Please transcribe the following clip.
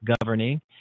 governing